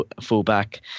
fullback